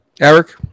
Eric